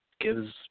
gives